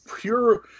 pure